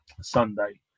Sunday